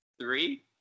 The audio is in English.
Three